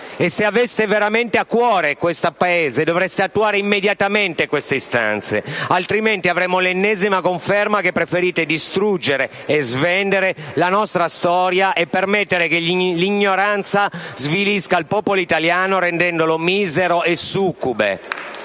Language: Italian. e se aveste veramente a cuore questo Paese, dovreste attuare immediatamente queste istanze, altrimenti avremo l'ennesima conferma che preferite distruggere e svendere la nostra storia e permettere che l'ignoranza svilisca il popolo italiano rendendolo misero e succube.